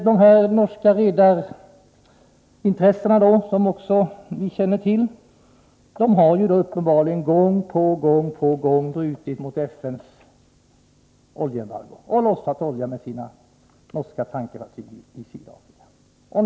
De norska redarna har, som vi känner till, uppenbarligen gång på gång brutit mot FN:s oljeembargo och lossat olja med sina norska tankfartyg i sydafrikanska hamnar.